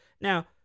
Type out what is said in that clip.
now